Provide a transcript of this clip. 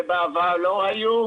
מה שבעבר לא היה,